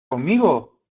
conmigo